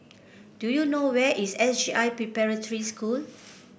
do you know where is S J I Preparatory School